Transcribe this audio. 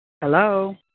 Hello